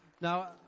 Now